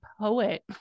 poet